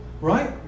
right